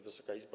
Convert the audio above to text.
Wysoka Izbo!